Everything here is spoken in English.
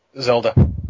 Zelda